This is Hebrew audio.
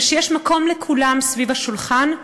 ושיש מקום לכולם סביב השולחן,